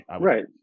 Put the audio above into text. right